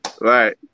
Right